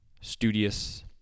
studious